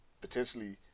potentially